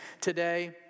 today